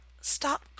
Stop